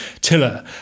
Tiller